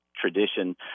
tradition